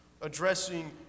Addressing